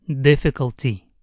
difficulty